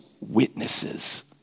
witnesses